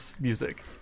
music